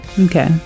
Okay